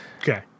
okay